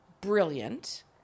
Brilliant